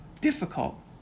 difficult